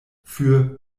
für